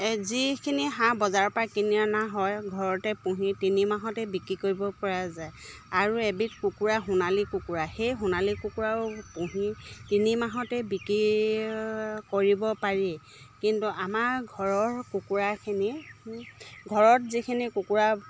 যিখিনি হাঁহ বজাৰৰ পৰা কিনি অনা হয় ঘৰতে পুহি তিনিমাহতে বিক্ৰী কৰিব পৰা যায় আৰু এবিধ কুকুৰা সোণালী কুকুৰা সেই সোণালী কুকুৰাও পুহি তিনিমাহতে বিকি কৰিব পাৰি কিন্তু আমাৰ ঘৰৰ কুকুৰাখিনি ঘৰত যিখিনি কুকুৰা